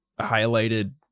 highlighted